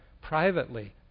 privately